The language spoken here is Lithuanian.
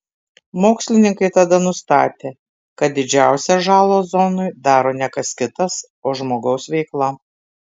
mokslininkai tada nustatė kad didžiausią žalą ozonui daro ne kas kitas o žmogaus veikla